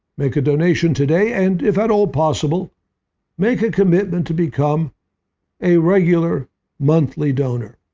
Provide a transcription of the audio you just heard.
make a donation today and if at all possible make a commitment to become a regular monthly donor.